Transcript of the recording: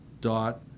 dot